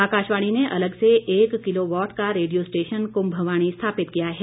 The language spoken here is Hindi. आकाशवाणी ने अलग से एक किलो वॉट का रेडियो स्टेशन कुंभवाणी स्थापित किया है